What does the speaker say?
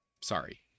Sorry